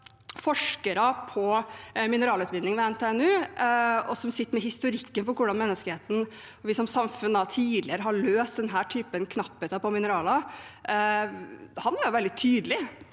forsker på mineralutvinning ved NTNU som sitter med historikken for hvordan menneskeheten og vi som samfunn tidligere har løst denne typen knapphet på mineraler. Han var veldig tydelig